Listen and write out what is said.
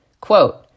quote